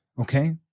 Okay